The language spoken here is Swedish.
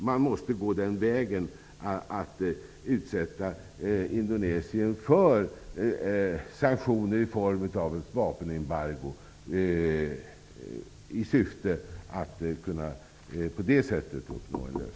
Man måste utsätta Indonesien för sanktioner i form av ett vapenembargo i syfte att uppnå en lösning.